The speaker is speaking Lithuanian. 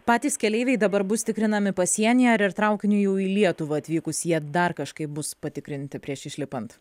patys keleiviai dabar bus tikrinami pasienyje ar ir traukiniu jau į lietuvą atvykus jie dar kažkaip bus patikrinti prieš išlipant